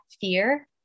fear